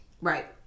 Right